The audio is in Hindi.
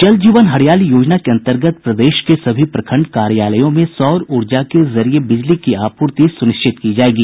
जल जीवन हरियाली योजना के अन्तर्गत प्रदेश के सभी प्रखंड कार्यालयों में सौर ऊर्जा के जरिये बिजली की आपूर्ति सुनिश्चित की जायेगी